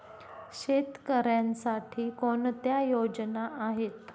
शेतकऱ्यांसाठी कोणत्या योजना आहेत?